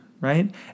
right